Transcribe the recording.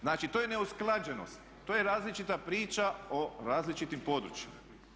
Znači, to je neusklađenost, to je različita priča o različitim područjima.